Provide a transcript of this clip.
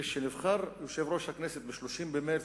כשנבחר יושב-ראש הכנסת ב-30 במרס,